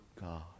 god